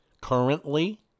Currently